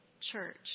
church